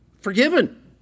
forgiven